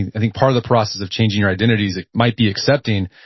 i think part of the process of changing your identity is it might be accepting,